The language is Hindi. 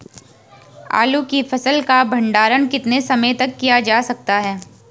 आलू की फसल का भंडारण कितने समय तक किया जा सकता है?